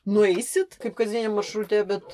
nueisit kaip kasdien maršrute bet